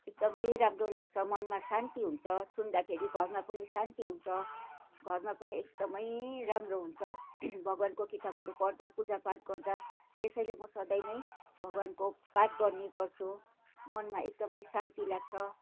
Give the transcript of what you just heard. एकदमै राम्रो लाग्छ मनमा शान्ति हुन्छ सुन्दाखेरि घरमा पनि शान्ति हुन्छ घरमा पनि एकदमै राम्रो हुन्छ भगवान्को किताबहरू पढ्दा पूजापाठ गर्दा त्यसैले म सधैँ नै भगवान्को पाठ गर्ने गर्छु मनमा एकदमै शान्ति लाग्छ